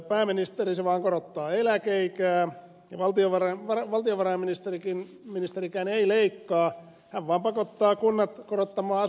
pääministeri se vaan korottaa eläkeikää ja valtiovarainministerikään ei leikkaa hän vaan pakottaa kunnat korottamaan asukkaittensa kiinteistöveroa